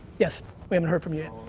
yes, we haven't heard from you yet.